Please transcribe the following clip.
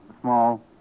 small